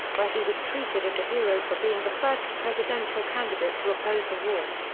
where he was treated as a hero for being the first presidential candidate to oppose the war.